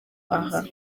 aha